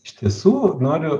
iš tiesų noriu